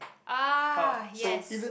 ah yes